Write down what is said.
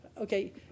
Okay